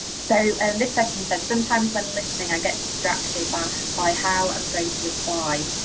so and this person said sometimes when listening i get distracted um by how i'm going to reply,